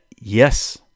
Yes